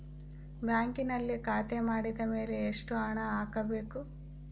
ಬ್ಯಾಂಕಿನಲ್ಲಿ ಖಾತೆ ಮಾಡಿದ ಮೇಲೆ ಎಷ್ಟು ಹಣ ಹಾಕಬೇಕು?